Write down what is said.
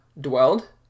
dwelled